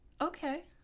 Okay